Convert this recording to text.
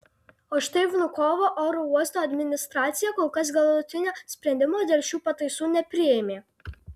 o štai vnukovo oro uosto administracija kol kas galutinio sprendimo dėl šių pataisų nepriėmė